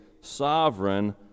sovereign